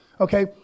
Okay